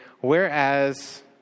Whereas